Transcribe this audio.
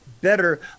better